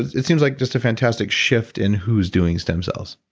it seems like just a fantastic shift in who's doing stem cells.